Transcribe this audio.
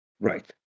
Right